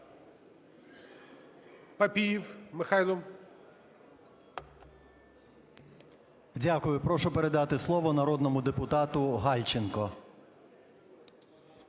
ПАПІЄВ М.М. Дякую. Прошу передати слово народному депутату Гальченку.